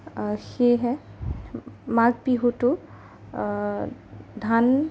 সেয়েহে মাঘ বিহুটো ধান